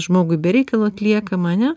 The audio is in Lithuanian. žmogui be reikalo atliekama ane